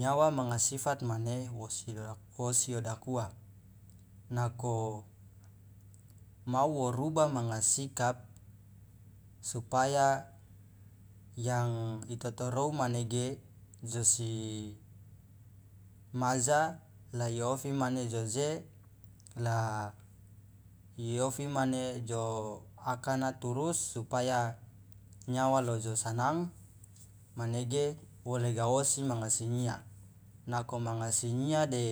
Nyawa manga sifat mane wosi odakuwa nako mau wo ruba manga sikap supaya yang itotorou manege josi maja la iofi mane jo je la iofi mane jo akana turus supaya nyawa lo jo sanang manege wo lega osi manga singia nako manga singia de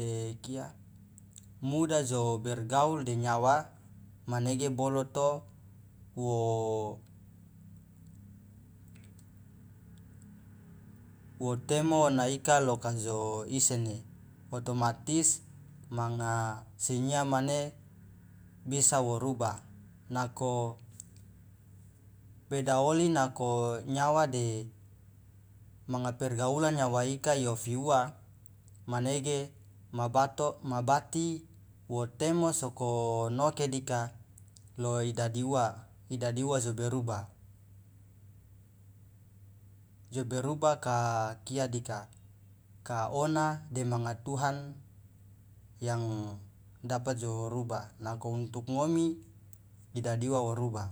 de kia muda jo bergaul de nyawa manege boloto wo temo ona ika lo kajo isene otomatis manga singia mane bisa wo ruba nako beda oli nako nyawa de manga pergaulan nyawa ika iofi uwa manege mabato mabati wo temo sokonoke dika lo idadi uwa idadi uwa jo beruba jo beruba ka kia dika ka ona de manga tuhan yang dapat jo ruba nako untuk ngomi idadi uwa wa ruba.